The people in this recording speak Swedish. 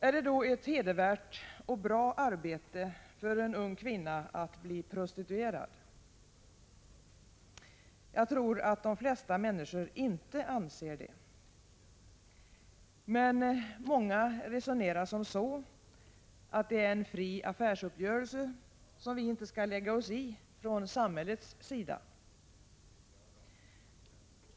Är det då ett hedervärt och bra arbete för en ung kvinna att bli prostituerad? Jag tror att det flesta människor inte anser det. Men några resonerar som så, att det är en fri affärsuppgörelse som samhället inte skall lägga sig i.